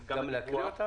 גם להקריא אותם?